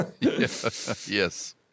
Yes